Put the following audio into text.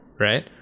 right